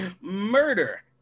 murder